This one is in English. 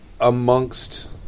amongst